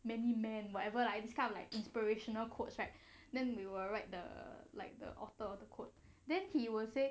many man whatever lah it's kind of like inspirational quotes right then we were write the like the author of the code then he will say